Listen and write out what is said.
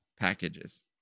packages